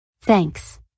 Thanks